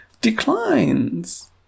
declines